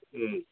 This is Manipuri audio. ꯎꯝ